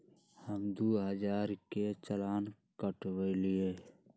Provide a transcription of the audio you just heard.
हम दु हजार के चालान कटवयली